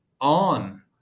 on